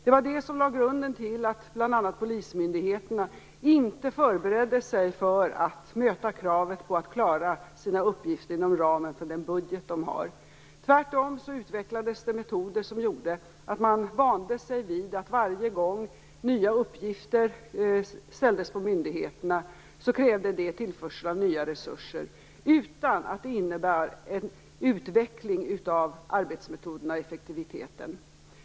Det var det som lade grunden till att bl.a. polismyndigheterna inte förberedde sig för att möta kravet att klara sina uppgifter inom ramen för den budget de har. Tvärtom utvecklades metoder som gjorde att man vande sig vid att varje gång nya uppgifter lades på myndigheterna krävde det tillförsel av nya resurser utan att det innebar utveckling av arbetsmetoderna och effektiviteten.